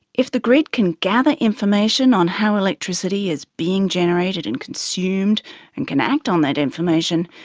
if the grid can gather information on how electricity is being generated and consumed and can act on that information,